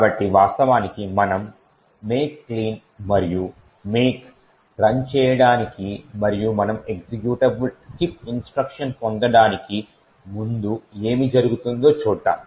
కాబట్టి వాస్తవానికి మనం make clean మరియు ఆ తరువాత make రన్ చేయడానికి మరియు మనం ఎక్జిక్యూటబుల్ స్కిన్ఇన్స్ట్రక్షన్ పొందడానికి ముందు ఏమి జరుగుతుందో చూద్దాం